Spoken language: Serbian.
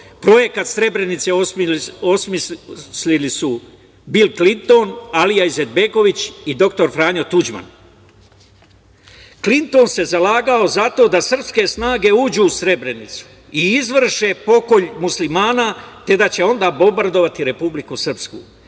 Projekat Srebrenica osmislili su Bil Klinton, Alija Izetbegović i dr Franjo Tuđman. Klinton se zalagao za to da srpske snage uđu u Srebrenicu i izvrše pokolj Muslimana, te da će onda bombardovati Republiku Srpsku.